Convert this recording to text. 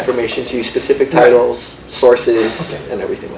information to specific titles sources and everything